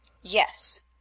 Yes